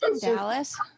Dallas